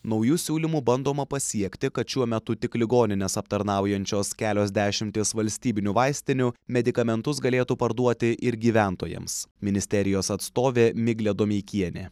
nauju siūlymu bandoma pasiekti kad šiuo metu tik ligonines aptarnaujančios kelios dešimtys valstybinių vaistinių medikamentus galėtų parduoti ir gyventojams ministerijos atstovė miglė domeikienė